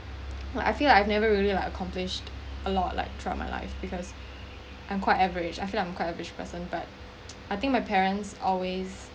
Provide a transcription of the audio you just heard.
I feel like I've never really like accomplished a lot like through out my life because I'm quite average I feel I'm quite average person but I think my parents always